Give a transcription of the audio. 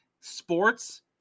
Sports